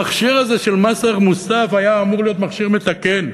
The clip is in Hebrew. המכשיר של מס ערך מוסף היה אמור להיות מכשיר מתקן,